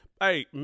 Hey